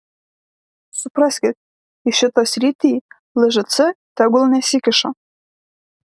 supraskit į šitą sritį lžc tegul nesikiša